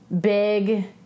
big